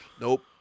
Nope